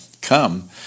come